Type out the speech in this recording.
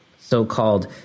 so-called